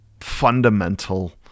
fundamental